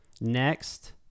next